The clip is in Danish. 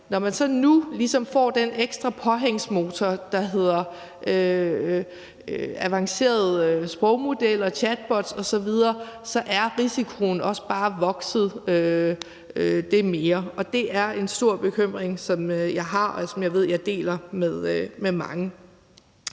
nu ligesom får den ekstra påhængsmotor, der hedder avancerede sprogmodeller, chatbots osv., er risikoen også bare vokset det mere. Det er en stor bekymring, jeg har, og som jeg ved jeg deler med mange.